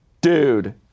dude